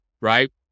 right